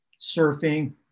surfing